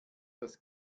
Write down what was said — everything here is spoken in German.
das